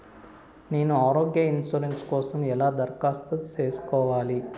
నేను ఆరోగ్య ఇన్సూరెన్సు కోసం ఎలా దరఖాస్తు సేసుకోవాలి